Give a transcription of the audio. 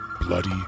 Bloody